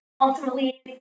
ultimately